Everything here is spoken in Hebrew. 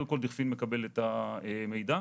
המידע.